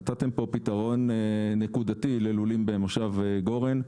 נתתם פה פתרון נקודתי ללולים במושב גורן.